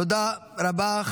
תודה רבה.